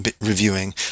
reviewing